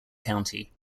county